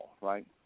right